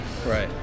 Right